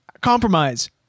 compromise